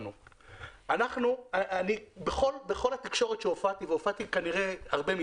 ואת הטמבוריות פתוחות למתן מענה